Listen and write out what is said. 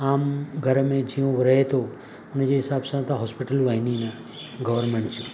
आम घरु में जीअं हो रहे थो हुनजे हिसाबु सां त हॉस्पिटलूं आहिनि ई न गवर्नमेंट जी